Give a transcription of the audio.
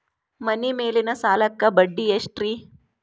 ಮನಿ ಮೇಲಿನ ಸಾಲಕ್ಕ ಬಡ್ಡಿ ಎಷ್ಟ್ರಿ?